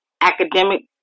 academic